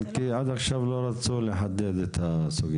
כי תראי עד עכשיו לא רצו לחדד את הסוגייה,